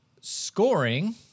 Scoring